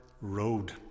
road